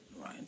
right